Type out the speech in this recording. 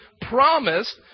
promised